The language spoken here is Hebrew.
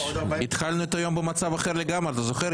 התחלנו את היום במצב אחר לגמרי, אתה זוכר?